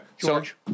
George